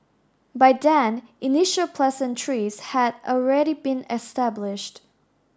by then initial pleasantries had already been established